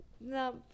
no